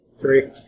Three